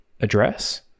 address